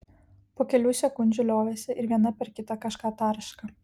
po kelių sekundžių liovėsi ir viena per kitą kažką tarška